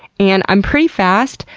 and i'm pretty fast,